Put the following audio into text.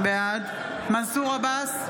בעד מנסור עבאס,